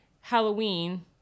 Halloween